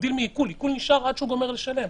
להבדיל מעיקול עיקול נשאר עד שהוא גומר לשלם.